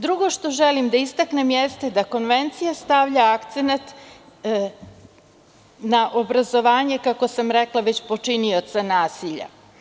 Drugo što želim da istaknem jeste da konvencija stavlja akcenat na obrazovanje, kako sam rekla već, počinioca nasilja.